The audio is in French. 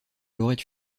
laurette